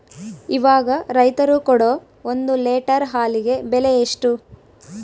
ಇವಾಗ ರೈತರು ಕೊಡೊ ಒಂದು ಲೇಟರ್ ಹಾಲಿಗೆ ಬೆಲೆ ಎಷ್ಟು?